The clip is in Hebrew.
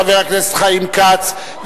חבר הכנסת חיים כץ,